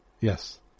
Yes